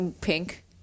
pink